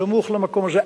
סמוך למקום הזה.